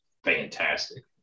fantastic